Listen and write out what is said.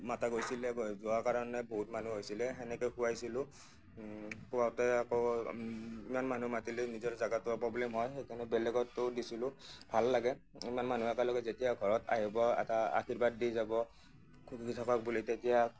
মতা গৈছিলে গৈ যোৱা কাৰণে বহুত মানুহ হৈছিলে সেনেকৈ খুৱাইছিলোঁ খোৱাওতে আকৌ ইমান মানুহ মাতি লৈ নিজৰ জেগাটো প্ৰ'ব্লেম হয় সেইকাৰণে বেলেগতো দিছিলোঁ ভাল লাগে ইমান মানুহ একেলগে যেতিয়া ঘৰত আহিব এটা আশীৰ্বাদ দি যাব সুখী থাকক বুলি তেতিয়া